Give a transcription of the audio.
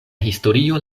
historio